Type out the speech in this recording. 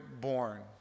born